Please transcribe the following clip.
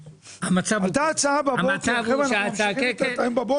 הייתה הצעה בבוקר ואנחנו ממשיכים אותה עכשיו.